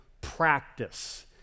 practice